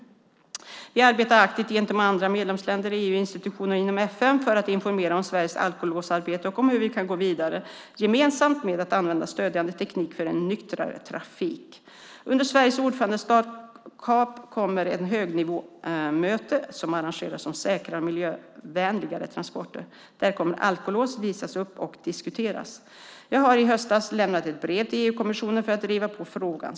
Vi arbetar aktivt gentemot andra medlemsländer, EU-institutioner och inom FN för att informera om Sveriges alkolåsarbete och om hur vi kan gå vidare gemensamt med att använda stödjande teknik för en nyktrare trafik. Under Sveriges ordförandeskap kommer ett högnivåmöte att arrangeras om säkrare och miljövänligare transporter. Där kommer alkolås att visas upp och diskuteras. Jag har i höstas lämnat ett brev till EU-kommissionen för att driva på frågan.